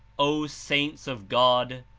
o saints of god!